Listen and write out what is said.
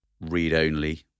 read-only